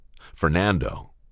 Fernando